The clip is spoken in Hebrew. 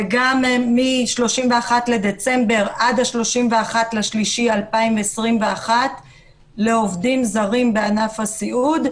וגם מ-31 בדצמבר עד ה-31 במרץ 2021 לעובדים זרים בענף הסיעוד,